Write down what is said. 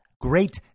great